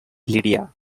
lydia